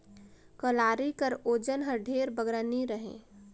कलारी कर ओजन हर ढेर बगरा नी रहें